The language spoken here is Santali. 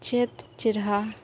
ᱪᱮᱫ ᱪᱮᱨᱦᱟ